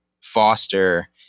foster